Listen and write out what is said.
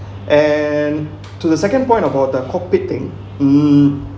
and to the second point about the competing